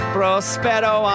Prospero